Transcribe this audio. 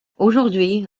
aujourd’hui